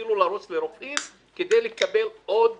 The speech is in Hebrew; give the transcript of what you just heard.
להתחיל לרוץ לרופאים כדי לקבל עוד